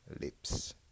lips